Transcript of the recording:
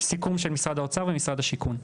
סיכום של משרד האוצר ומשרד השיכון.